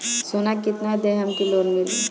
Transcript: सोना कितना देहम की लोन मिली?